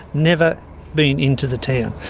never been into the town.